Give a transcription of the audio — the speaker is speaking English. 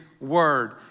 word